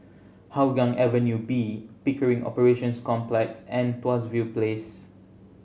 Hougang Avenue B Pickering Operations Complex and Tuas View Place